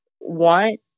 want